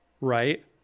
right